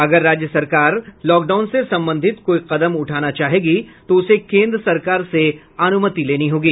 अगर राज्य सरकार लॉकडाउन से संबंधित कोई कदम उठाना चाहेगी तो उसे केन्द्र सरकार से अनुमति लेनी होगी